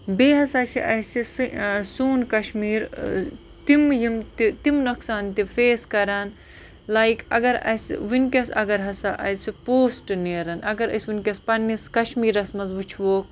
بیٚیہِ ہَسا چھِ اَسہِ سون کشمیٖر تِم یِم تہِ تِم نۄقصان تہِ فیس کَران لایک اگر اَسہِ وٕنۍکٮ۪نَس اگر ہَسا اَسہِ پوسٹ نیرَن اگر أسۍ وٕنۍکٮ۪س پنٛنِس کشمیٖرَس منٛز وٕچھوکھ